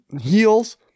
heels